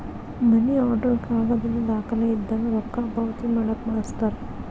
ಮನಿ order ಕಾಗದದ್ ದಾಖಲೆ ಇದ್ದಂಗ ರೊಕ್ಕಾ ಪಾವತಿ ಮಾಡಾಕ ಬಳಸ್ತಾರ